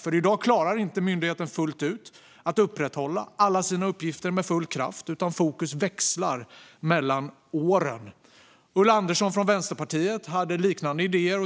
I dag klarar den inte att fullt ut upprätthålla alla sina uppgifter med full kraft, utan fokus växlar mellan åren. Ulla Andersson från Vänsterpartiet hade liknande idéer.